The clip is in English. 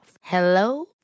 Hello